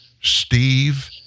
Steve